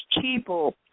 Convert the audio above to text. people